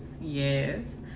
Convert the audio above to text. Yes